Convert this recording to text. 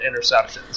interceptions